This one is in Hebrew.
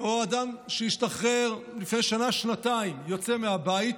או אדם שהשתחרר לפני שנה-שנתיים, יוצא מהבית,